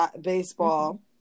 baseball